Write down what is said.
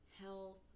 health